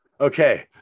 Okay